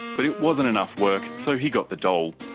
but it wasn't enough work, so he got the dole.